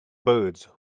birds